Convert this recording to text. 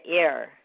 air